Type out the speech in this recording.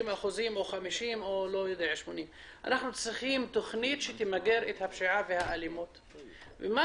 אנחנו צריכים תכנית שתמגר את הפשיעה והאלימות לחלוטין.